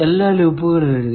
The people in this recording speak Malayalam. എല്ലാ ലൂപ്പുകളും എഴുതി